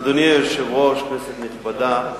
אדוני היושב-ראש, כנסת נכבדה,